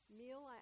meal